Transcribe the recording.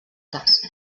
cas